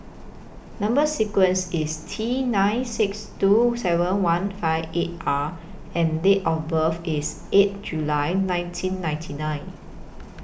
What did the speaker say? Number sequence IS T nine six two seven one five eight R and Date of birth IS eight July nineteen ninety nine